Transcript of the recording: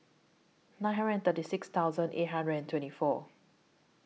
nine hundred thirty six thousand eight hundred and twenty four